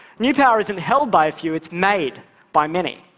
new power isn't held by a few, it's made by many.